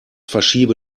verschiebe